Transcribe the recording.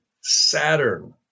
Saturn